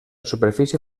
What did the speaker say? superfície